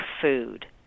food